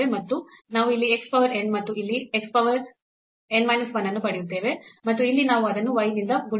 ನಾವು ಇಲ್ಲಿ x power n ಮತ್ತು ಇಲ್ಲಿ x power n minus 1 ಅನ್ನು ಪಡೆಯುತ್ತೇವೆ ಮತ್ತು ಇಲ್ಲಿ ನಾವು ಅದನ್ನು y ನಿಂದ ಗುಣಿಸುತ್ತೇವೆ